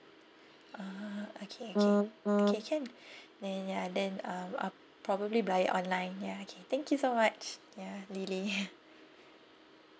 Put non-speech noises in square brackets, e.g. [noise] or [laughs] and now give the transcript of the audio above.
ah okay okay okay can [breath] then ya then uh I probably buy it online ya okay thank you so much ya lily [laughs]